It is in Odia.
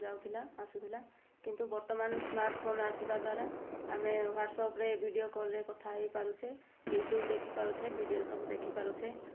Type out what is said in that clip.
ଯାଉଥିଲା ଆସୁଥିଲା କିନ୍ତୁ ବର୍ତ୍ତମାନ ସ୍ମାର୍ଟ ଫୋନ୍ ଆସିବା ଦ୍ଵାରା ଆମେ ହ୍ୱାଟ୍ସଆପ୍ରେ ଭିଡିଓ କଲ୍ରେ କଥା ହୋଇପାରୁଛେ ୟୁଟ୍ୟୁବ୍ ଦେଖିପାରୁଛେ ଭିଡିଓ ସବୁ ଦେଖିପାରୁଛେ